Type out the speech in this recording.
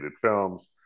films